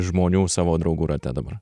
žmonių savo draugų rate dabar